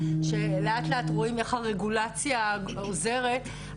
שלאט לאט רואים איך הרגולציה עוזרת.